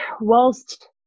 whilst